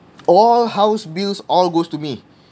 all house bills all goes to me